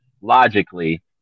logically